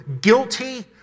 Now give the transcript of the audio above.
guilty